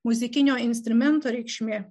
muzikinio instrumento reikšmė